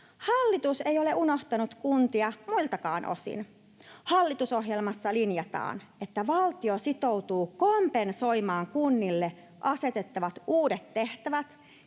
Hallitus ei ole unohtanut kuntia muiltakaan osin. Hallitusohjelmassa linjataan, että valtio sitoutuu kompensoimaan kunnille asetettavat uudet tehtävät